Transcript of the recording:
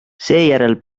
seejärel